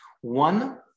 One